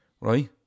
Right